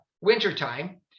wintertime